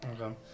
Okay